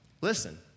Listen